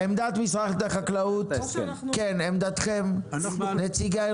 כן, בסדר, זה מופיע.